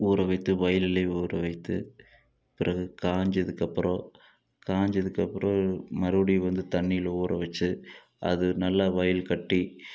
ஊற வைத்து வயலில் ஊற வைத்து பிறகு காஞ்சதுக்கப்புறம் காஞ்சதுக்கப்புறம் மறுபடியும் வந்து தண்ணியில் ஊற வச்சி அது நல்லாக வயல் கட்டி